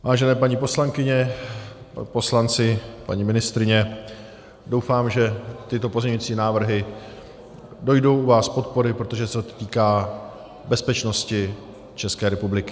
Vážené paní poslankyně, poslanci, paní ministryně, doufám, že tyto pozměňující návrhy dojdou u vás podpory, protože se to týká bezpečnosti České republiky.